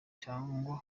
cyangwa